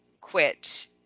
quit